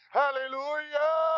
hallelujah